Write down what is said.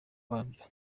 wabyo